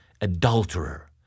adulterer